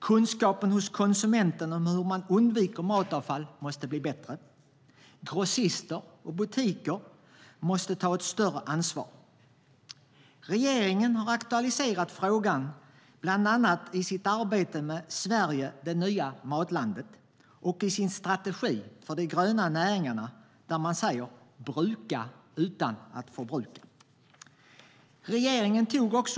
Konsumentens kunskap om hur man undviker matavfall måste bli bättre. Grossister och butiker måste ta ett större ansvar. Regeringen har aktualiserat frågan bland annat i sitt arbete med "Sverige - det nya matlandet" och i sin strategi för de gröna näringarna där man talar om att "bruka utan att förbruka".